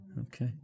Okay